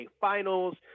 finals